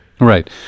Right